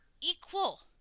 equal